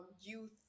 youth